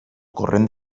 corrent